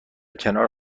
کنار